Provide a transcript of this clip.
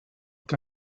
que